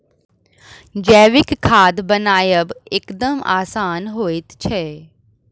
जैविक खाद बनायब एकदम आसान होइत छै